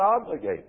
obligated